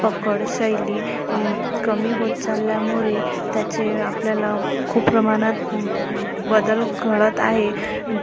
पकड शैली कमी होत चालल्यामुळे त्याचे आपल्याला खूप प्रमाणात बदल घडत आहे